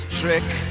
trick